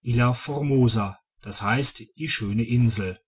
ilha formosa d h die schöne insel